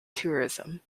tourism